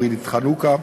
ד"ר עידית חנוכה,